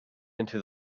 into